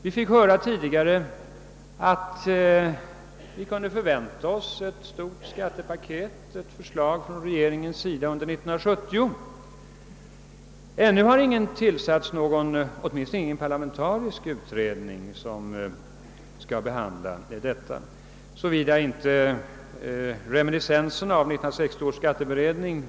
Vi fick höra tidigare att vi under 1970 kan vänta oss ett stort skattepaket från regeringen. Ännu har det icke tillsatts i varje fall någon parlamentarisk utredning som skall behandla denna sak, såvida det inte gäller reminiscenser av 1960 års skatteberedning.